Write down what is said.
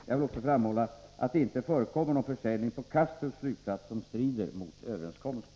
Jag vill också framhålla att det på Kastrups flygplats inte förekommer någon försäljning som strider mot överenskommelsen.